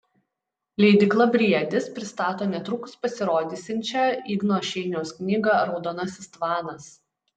leidykla briedis pristato netrukus pasirodysiančią igno šeiniaus knygą raudonasis tvanas